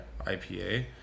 IPA